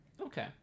okay